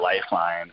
lifeline